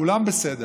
כולן בסדר.